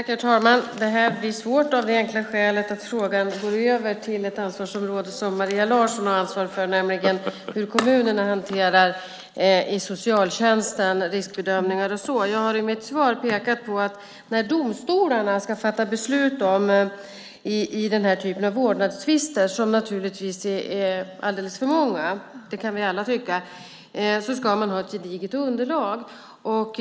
Herr talman! Det här blir svårt av det enkla skälet att frågan går över till ett ansvarsområde som Maria Larsson har ansvar för, nämligen hur kommunerna hanterar riskbedömningar i socialtjänsten. Jag har i mitt svar pekat på att när domstolarna ska fatta beslut i den här typen av vårdnadstvister, som naturligtvis är alldeles för många, det kan vi alla tycka, ska man ha ett gediget underlag.